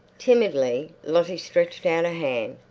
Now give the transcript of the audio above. timidly lottie stretched out a hand,